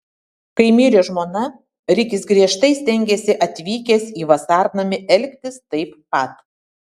kai mirė žmona rikis griežtai stengėsi atvykęs į vasarnamį elgtis taip pat